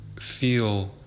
feel